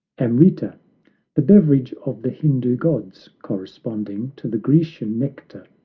amrita the beverage of the hindoo gods, corresponding to the grecian nectar.